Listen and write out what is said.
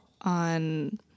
on